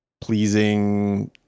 pleasing